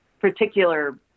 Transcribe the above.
particular